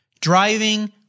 driving